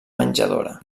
menjadora